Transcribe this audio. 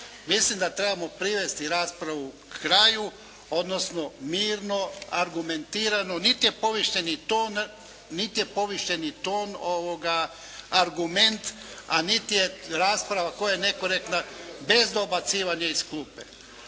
Mislim da trebamo privesti raspravu kraju, odnosno mirno, argumentirano niti je povišenih ton argument, a niti je rasprava koju je netko rekao, dakle bez dobacivanja iz klupe.